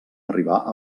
arribar